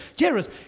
Jairus